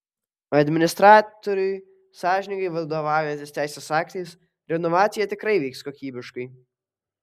administratoriui sąžiningai vadovaujantis teisės aktais renovacija tikrai vyks kokybiškai